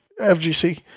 FGC